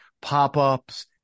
pop-ups